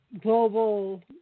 Global